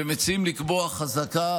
ומציעים לקבוע חזקה,